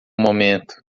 momento